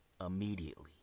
immediately